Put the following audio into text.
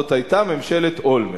זו היתה ממשלת אולמרט.